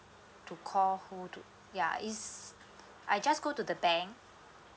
to call who to ya it's I just go to the bank